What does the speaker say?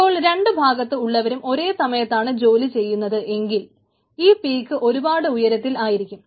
ഇപ്പോൾ രണ്ടു ഭാഗത്ത് ഉള്ളവരും ഒരേ സമയത്താണ് ജൊലി ചെയ്യുന്നത് എങ്കിൽ ഈ പീക്ക് ഒരുപാട് ഉയരത്തിൽ ആയിരിക്കും